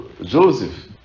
Joseph